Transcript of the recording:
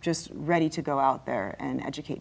just ready to go out there and educate